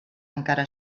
encara